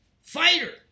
fighter